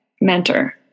mentor